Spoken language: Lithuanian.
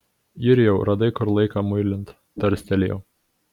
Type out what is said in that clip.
jurijau radai kur laiką muilint tarstelėjau